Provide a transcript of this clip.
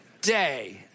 day